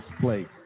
place